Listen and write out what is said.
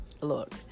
Look